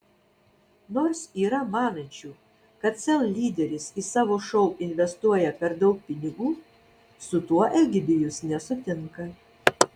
nors yra manančių kad sel lyderis į savo šou investuoja per daug pinigų su tuo egidijus nesutinka